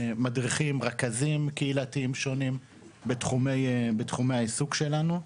רכזים קהילתיים שונים בתחומי העיסוק שלנו.